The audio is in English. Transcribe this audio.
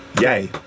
Yay